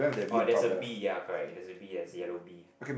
orh there's a bee ya correct there's a bee yes a yellow bee